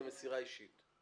זה מסירה אישית.